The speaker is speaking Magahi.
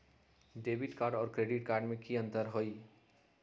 क्रेडिट कार्ड और डेबिट कार्ड में की अंतर हई?